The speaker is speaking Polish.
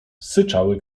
syczały